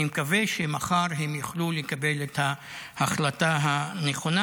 אני מקווה שמחר הם יוכלו לקבל את ההחלטה הנכונה,